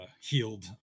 healed